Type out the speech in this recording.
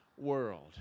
world